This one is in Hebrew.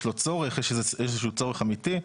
יש איזשהו צורך אמיתי?